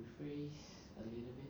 rephrase a little bit